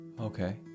Okay